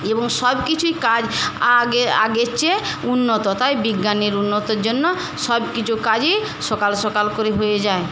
এবং সব কিছুই কাজ আগে আগের চেয়ে উন্নত তাই বিজ্ঞানের উন্নতির জন্য সব কিছু কাজই সকাল সকাল করে হয়ে যায়